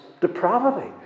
depravity